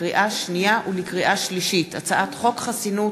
לקריאה שנייה ולקריאה שלישית: הצעת חוק חסינות